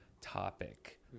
topic